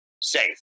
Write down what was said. safe